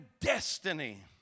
destiny